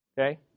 Okay